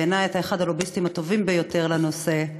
בעיני אתה אחד הלוביסטים הטובים ביותר לנושא,